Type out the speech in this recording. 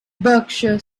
berkshire